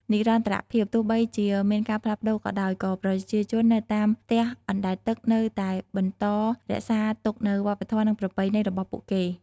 និរន្តរភាព ទោះបីជាមានការផ្លាស់ប្តូរក៏ដោយ ក៏ប្រជាជននៅតាមផ្ទះអណ្ដែតទឹកនៅតែបន្តរក្សាទុកនូវ វប្បធម៌ និងប្រពៃណី របស់ពួកគេ។